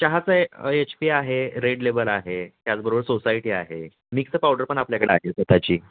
चहाचं H P आहे Red Label आहे त्याचबरोबर सोसायटी आहे मिक्स पावडर पण आपल्याकडे आहे स्वत ची